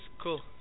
cool